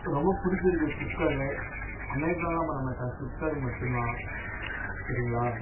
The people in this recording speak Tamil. ரொம்ப பிடிச்சிருக்கு ஃப்ளிப்கார்டு அமேசான்லாம் பண்ண மாட்டேன் ஃப்ளிப்கார்டு மட்டுந்தான் சரிங்களா